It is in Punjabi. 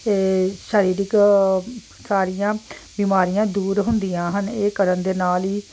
ਅਤੇ ਸਰੀਰਿਕ ਸਾਰੀਆਂ ਬਿਮਾਰੀਆਂ ਦੂਰ ਹੁੰਦੀਆਂ ਹਨ ਇਹ ਕਰਨ ਦੇ ਨਾਲ ਹੀ